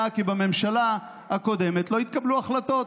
כי בממשלה הקודמת לא התקבלו החלטות.